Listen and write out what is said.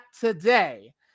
today